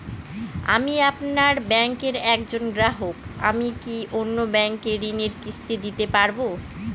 আমি আপনার ব্যাঙ্কের একজন গ্রাহক আমি কি অন্য ব্যাঙ্কে ঋণের কিস্তি দিতে পারবো?